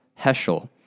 Heschel